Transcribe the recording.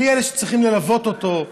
בלי אלה שצריכים ללוות אותו,